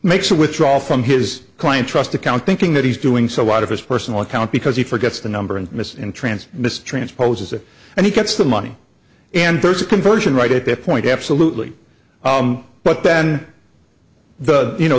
makes a withdrawal from his client trust account thinking that he's doing so out of his personal account because he forgets the number and misses and transfer this transposes it and he gets the money and there's a conversion right at that point absolutely but then the you know